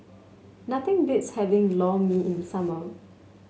nothing beats having Lor Mee in the summer